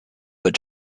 but